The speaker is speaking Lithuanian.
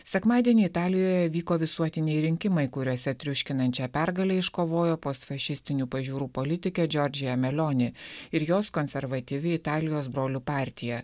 sekmadienį italijoje vyko visuotiniai rinkimai kuriuose triuškinančią pergalę iškovojo postfašistinių pažiūrų politikė džordžija melioni ir jos konservatyvi italijos brolių partija